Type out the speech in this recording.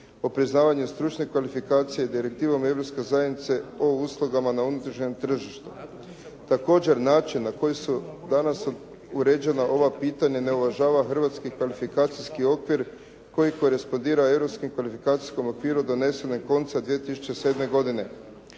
o priznavanju stručnih kvalifikacija i Direktivom Europske zajednice o uslugama na unutrašnjem tržištu. Također, način na koji su danas uređena ova pitanja ne uvažava hrvatski kvalifikacijski okvir koji korespondira europskom kvalifikacijskom okviru donesenom koncem 2007. godine.